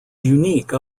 unique